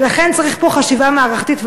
ולכן צריך פה חשיבה מערכתית.